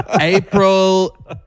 April